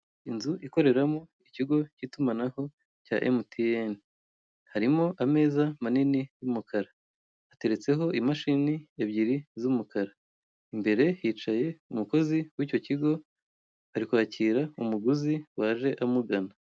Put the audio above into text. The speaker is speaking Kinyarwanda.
Inzu ikoreramo ikigo kitumanaho cya MTN harimo ameza manini y'umukara ateretseho imashini ebyiri z'umukara, imbere hicaye umukozi w'icyo kigo ari kwakira umuguzi waje amugana.